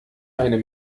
eine